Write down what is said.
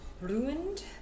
ruined